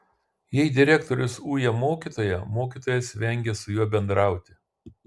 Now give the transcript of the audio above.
jei direktorius uja mokytoją mokytojas vengia su juo bendrauti